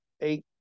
eight